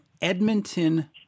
Edmonton